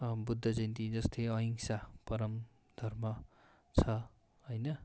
बुद्ध जयन्ती जस्तै अहिंसा परम धर्म छ होइन